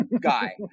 guy